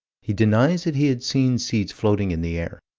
he denies that he had seen seeds floating in the air.